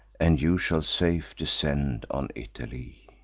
and you shall safe descend on italy.